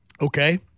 Okay